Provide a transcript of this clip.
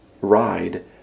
ride